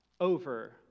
over